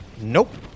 Nope